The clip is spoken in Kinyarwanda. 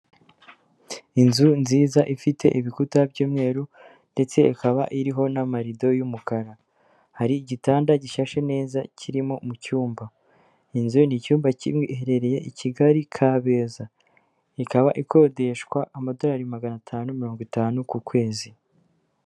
Inzu nziza ifite ibikuta by'umweru ndetse ikaba iriho n'amarido y'umukara, hari igitanda gishashe neza kirimo mu cyumba, inzu ni icyumba kimwe iherereye i Kigali Kabeza, ikaba ikodeshwa amadolari magana atanu mirongo itanu ku kwezi.